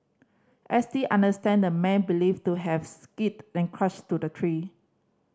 S T understand the man believed to have skidded and crashed to the tree